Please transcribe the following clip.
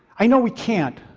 i know we can't,